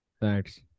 Thanks